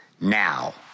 now